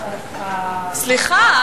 סליחה,